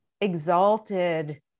exalted